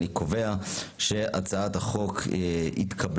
אני קובע שהצעת החוק התקבלה,